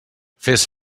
fes